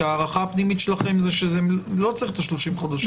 ההערכה הפנימית שלכם היא שלא צריכים 30 חודשים.